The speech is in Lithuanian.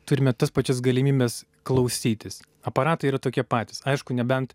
turime tas pačias galimybes klausytis aparatai yra tokie patys aišku nebent